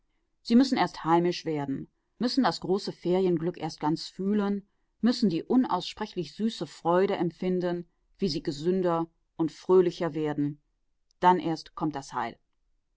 sie müssen erst heimisch werden müssen das große ferienglück erst ganz fühlen müssen die unaussprechlich süße freude empfinden wie sie gesünder und fröhlicher werden dann erst kommt das heil